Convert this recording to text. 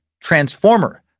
Transformer